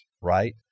right